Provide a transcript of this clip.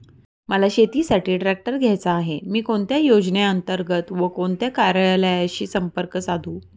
मला शेतीसाठी ट्रॅक्टर घ्यायचा आहे, मी कोणत्या योजने अंतर्गत व कोणत्या कार्यालयाशी संपर्क साधू?